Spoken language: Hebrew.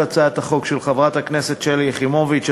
הצעת החוק של חברת הכנסת שלי יחימוביץ.